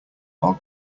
are